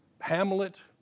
Hamlet